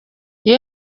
iyo